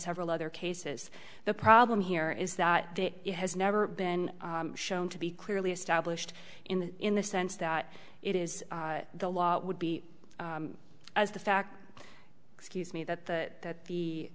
several other cases the problem here is that it has never been shown to be clearly established in the in the sense that it is the law would be as the fact excuse me that the